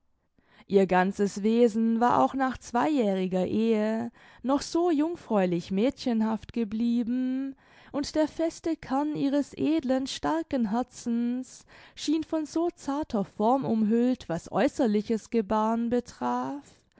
ihr ganzes wesen war auch nach zweijähriger ehe noch so jungfräulich mädchenhaft geblieben und der feste kern ihres edlen starken herzens schien von so zarter form umhüllt was äußerliches gebahren betraf